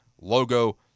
Logo